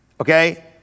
okay